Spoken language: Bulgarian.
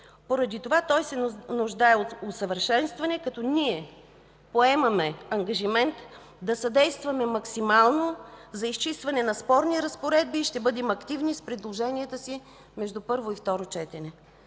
Поради това той се нуждае от усъвършенстване, като ние поемаме ангажимент да съдействаме максимално за изчистване на спорни разпоредби и ще бъдем активни с предложенията си между първо и второ четене.